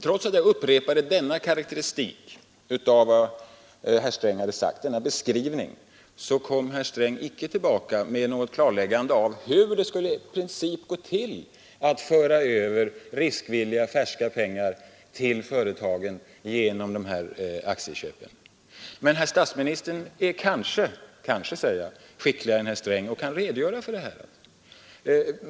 Trots att jag upprepade denna karakteristik av vad herr fondens förvaltning, Sträng sagt, kom han icke tillbaka med något klarläggande av hur det i =. m. princip skulle gå till att föra över riskvilliga, färska pengar till företagen genom de här aktieköpen. Men herr statsministern är kanske — kanske, säger jag — skickligare än herr Sträng och kan redogöra för det här.